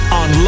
on